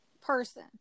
person